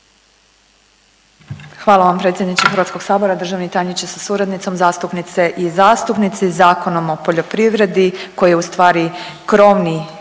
Hvala vam predsjedniče Hrvatskog sabora. Državni tajniče sa suradnicom, zastupnice i zastupnici Zakonom o poljoprivredni koji je u stvari krovni